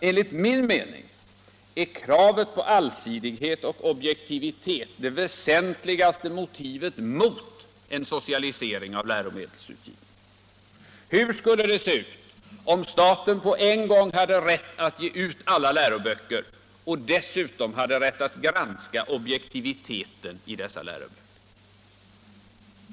Enligt min mening är kravet på allsidighet och objektivitet det väsentligaste skälet mot en socialisering av läromedelsutgivningen. Hur skulle det se ut om staten på en gång hade rätt att ge ut alla läroböcker och att granska objektiviteten i dessa läroböcker?